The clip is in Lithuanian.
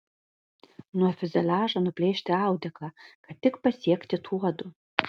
nuo fiuzeliažo nuplėšti audeklą kad tik pasiekti tuodu